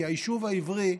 כי היישוב העברי,